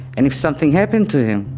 and if something happened to him.